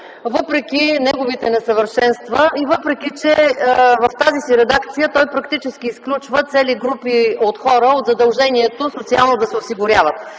въпреки неговите несъвършенства и въпреки че в тази си редакция той практически изключва цели групи от хора от задължението социално да се осигуряват.